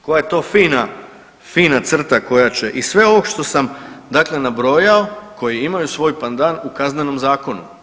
Koja je to fina crta koja će iz sveg ovog što sam, dakle nabrojao, koji imaju svoj pandan u Kaznenom zakonu.